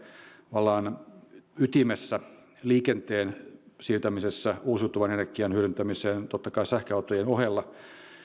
tavallaan ytimessä liikenteen siirtämisessä uusiutuvan energian hyödyntämiseen totta kai sähköautojen ohella